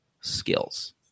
skills